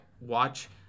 watch